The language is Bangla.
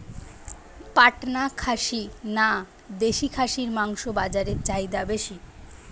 পাটনা খাসি না দেশী খাসির মাংস বাজারে চাহিদা বেশি?